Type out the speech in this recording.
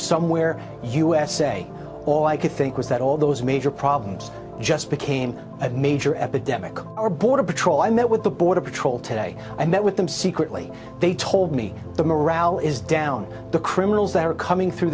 somewhere usa all i could think was that all those major problems just became a major epidemic of our border patrol i met with the border patrol today i met with them secretly they told me the morale is down the criminals that are coming through